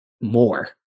more